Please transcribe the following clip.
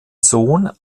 sohn